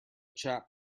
chap